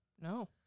No